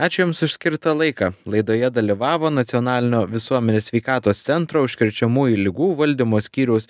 ačiū jums už skirtą laiką laidoje dalyvavo nacionalinio visuomenės sveikatos centro užkrečiamųjų ligų valdymo skyriaus